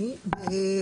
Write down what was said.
אוקיי, נכון.